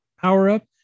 power-up